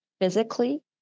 physically